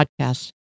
podcasts